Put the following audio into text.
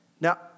Now